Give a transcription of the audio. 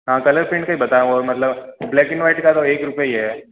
हाँ colour print के ही बताया हूँ और मतलब ब्लैक एंड व्हाइट का तो एक रुपए ही है